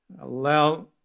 allow